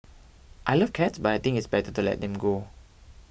I love cats but I think it's better to let them go